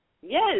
Yes